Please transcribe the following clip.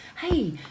hey